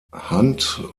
hand